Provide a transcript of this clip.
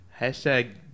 Hashtag